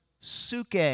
suke